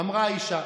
אמרה האישה,